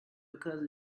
because